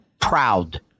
proud